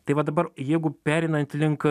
tai va dabar jeigu pereinant link